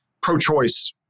pro-choice